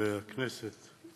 חברי הכנסת,